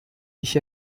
ich